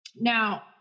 Now